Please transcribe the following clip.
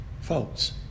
folks